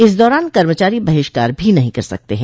इस दौरान कर्मचारी बहिष्कार भी नहीं कर सकते हैं